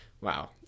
wow